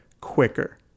quicker